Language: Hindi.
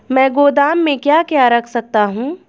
मैं गोदाम में क्या क्या रख सकता हूँ?